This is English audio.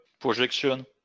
projection